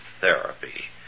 therapy